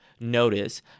notice